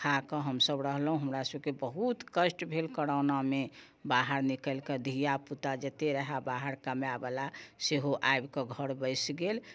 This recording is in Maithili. खाकऽ हम सभ रहलहुँ हमरा सभक बहुत कष्ट भेल करोनामे बाहर निकलिके धिआपुता जते रहै बाहर कमाइ बला सेहो आबिके घर बैस गेल